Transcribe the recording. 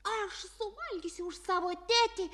aš suvalgysiu už savo tėtį